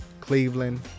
Cleveland